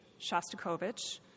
Shostakovich